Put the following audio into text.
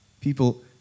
People